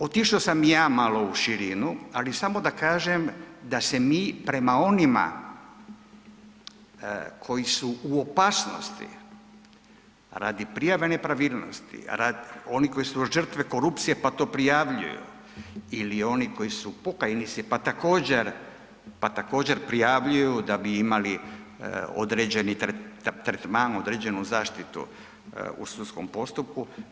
Otišao sam i ja malo u širinu, ali samo da kažem da se mi prema onima koji su u opasnosti radi prijave nepravilnosti, radi onih koji su žrtve korupcije pa to prijavljuju ili oni koji su pokajnici pa također, pa također, prijavljuju da bi imali određeni tretman, određenu zaštitu u sudskom postupku.